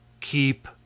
Keep